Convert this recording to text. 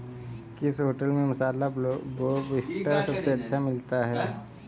किस होटल में मसाला लोबस्टर सबसे अच्छा मिलता है?